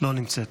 לא נמצאת,